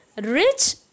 rich